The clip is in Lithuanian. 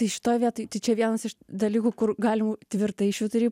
tai šitoj vietoj tai čia vienas iš dalykų kur galim tvirtai švytury